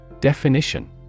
Definition